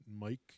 Mike